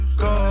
go